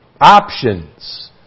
Options